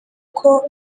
uko